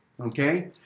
okay